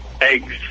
eggs